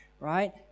right